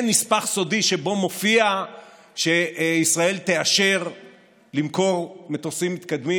אין נספח סודי שבו מופיע שישראל תאשר למכור מטוסים מתקדמים